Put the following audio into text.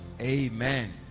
Amen